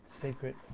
sacred